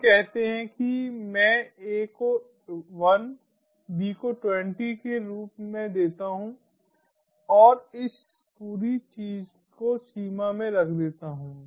हम कहते हैं कि मैं a को 1 b को 20 के रूप में देता हूं और इस पूरी चीज को सीमा में रख देता हूं